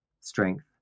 strength